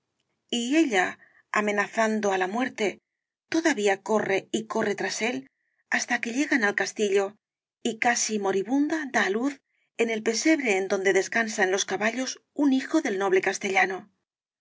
y ella amenazando á la muerte todavía corre y corre tras él hasta que el caballero de las botas azules llegan al castillo y casi moribunda da á luz en el pesebre en donde descansan los caballos un hijo del noble castellano sólo